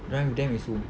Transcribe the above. run with them is who